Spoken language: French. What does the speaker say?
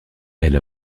elle